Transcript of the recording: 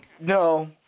No